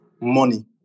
money